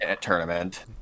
tournament